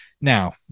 Now